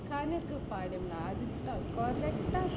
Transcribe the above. கணக்கு பாடம்னா அதுக்தா:kanakku paadamna athukthaa correct ah